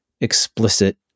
explicit